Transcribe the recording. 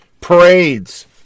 Parades